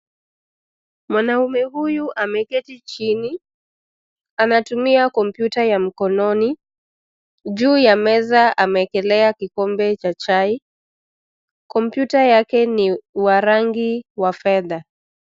Mwanaume huyu ameketi chini, anatumia kompyuta ya mkononi. Juu ya meza amewekelea kikombe cha chai. Kompyuta yake ni wa rangi wa fedha.